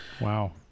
Wow